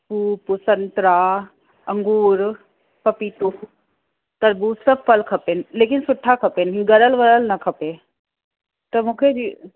सूफ़ संतरा अंगूर पपीतो तरबूज सभु फल खपनि लेकिन सुठा खपनि ॻरियल वरियल न खपे त मूंखे ज